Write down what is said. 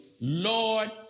Lord